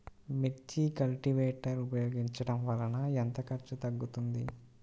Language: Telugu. మిర్చి కల్టీవేటర్ ఉపయోగించటం వలన ఎంత ఖర్చు తగ్గుతుంది?